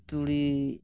ᱛᱩᱲᱤ